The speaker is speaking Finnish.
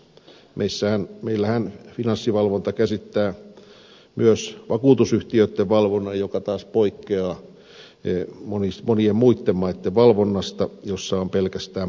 meillähän finanssivalvonta käsittää myös vakuutusyhtiöitten valvonnan joka taas poikkeaa monien muitten maitten valvonnasta jossa on pelkästään pankit